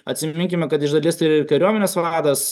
atsiminkime kad iš dalies tai ir kariuomenės vadas